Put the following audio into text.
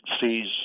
sees